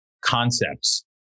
concepts